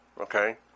Okay